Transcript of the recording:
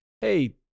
hey